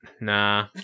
Nah